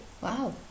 wow